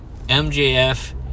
MJF